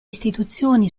istituzioni